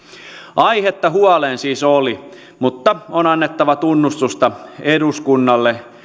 aihetta huoleen siis oli mutta on annettava tunnustusta eduskunnalle